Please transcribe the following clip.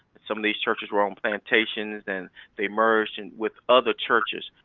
some of these churches were on plantations, and they merged and with other churches.